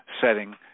setting